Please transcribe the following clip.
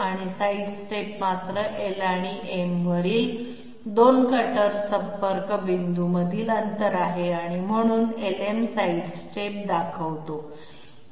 आणि साइडस्टेप मात्र L आणि M वरील 2 कटर संपर्क बिंदूंमधील अंतर आहे आणि म्हणून LM साइडस्टेप दर्शवतो